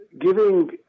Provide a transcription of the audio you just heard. giving